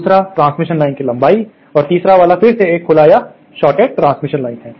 दूसरा transmission lines की लंबाई और तीसरा वाला फिर से एक खुला या शॉर्टेड ट्रांसमिशन लाइन है